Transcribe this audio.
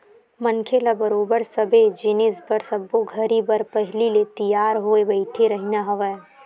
मनखे ल बरोबर सबे जिनिस बर सब्बो घरी बर पहिली ले तियार होय बइठे रहिना हवय